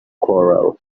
corral